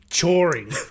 Choring